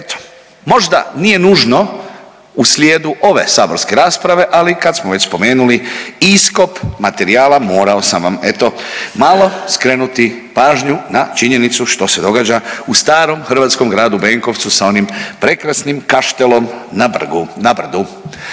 Eto, možda nije nužno u slijedu ove saborske rasprave, ali kad smo već spomenuli iskop materijala morao sam vam eto malo skrenuti pažnju na činjenicu što se događa u starom hrvatskom gradu Benkovcu sa onim prekrasnim Kaštelom na brdu.